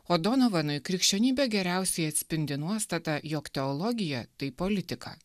odonovanui krikščionybė geriausiai atspindi nuostatą jog teologija tai politika